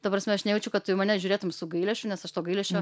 ta prasme aš nejaučiu kad tu į mane žiūrėtum su gailesčiu nes aš to gailesčio